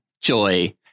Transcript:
Joy